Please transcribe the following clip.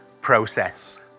process